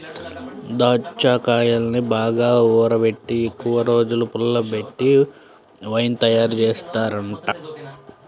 దాచ్చాకాయల్ని బాగా ఊరబెట్టి ఎక్కువరోజులు పుల్లబెట్టి వైన్ తయారుజేత్తారంట